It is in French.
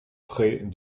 près